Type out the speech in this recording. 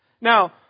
Now